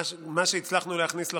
מה שהצלחנו להכניס לחוק,